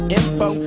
info